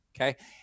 okay